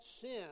sin